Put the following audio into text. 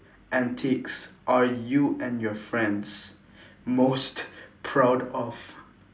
antics are you and your friends most proud of